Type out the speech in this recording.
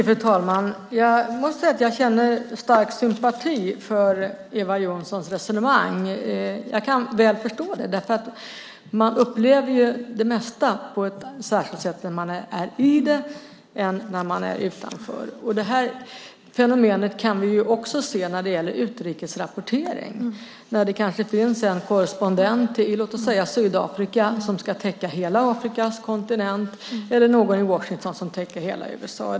Fru talman! Jag måste säga att jag känner stark sympati för Eva Johnssons resonemang. Jag kan väl förstå det. Man upplever det mesta på ett annat sätt när man är i det än när man är utanför. Det här fenomenet kan vi också se när det gäller utrikesrapportering. Det kanske finns en korrespondent i låt oss säga Sydafrika som ska täcka hela Afrikas kontinent eller någon i Washington som täcker hela USA.